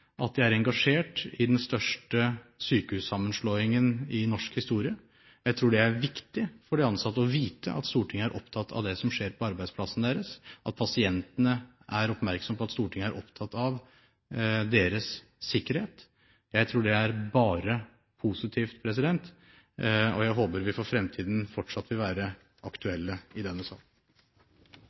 at man er engasjert i den største sykehussammenslåingen i norsk historie. Jeg tror det er viktig for de ansatte å vite at Stortinget er opptatt av det som skjer på arbeidsplassen deres, og at pasientene er oppmerksomme på at Stortinget er opptatt av deres sikkerhet. Jeg tror det er bare positivt, og jeg håper vi for fremtiden fortsatt vil være aktuelle i denne